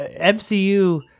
MCU